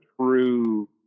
true –